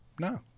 No